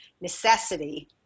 necessity